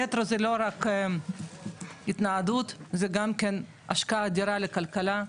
מטרו זה לא רק התניידות זה גם כן השקעה אדירה לכלכלה,